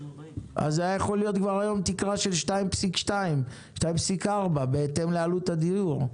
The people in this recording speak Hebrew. היום הייתה יכולה להיות תקרה של 2.2 או 2.4 בהתאם לעלות הדיור.